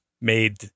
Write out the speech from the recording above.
made